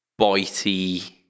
bitey